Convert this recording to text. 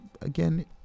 again